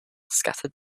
scattered